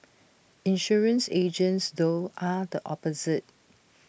insurance agents though are the opposite